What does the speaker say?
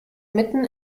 mitten